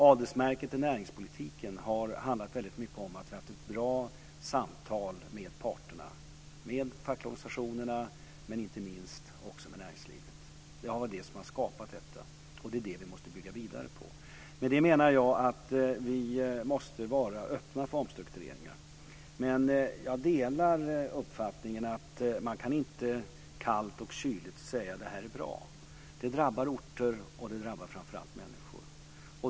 Adelsmärket i näringspolitiken har handlat mycket om att ha ett bra samtal med parterna, dvs. med de fackliga organisationerna men inte minst också med näringslivet. Det är det som vi måste bygga vidare på. Vi måste vara öppna för omstruktureringar. Jag delar uppfattningen att man inte kallt och kyligt kan säga att detta är bra. Det drabbar orter, och det drabbar framför allt människor.